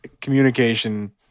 communication